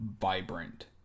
vibrant